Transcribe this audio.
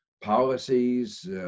policies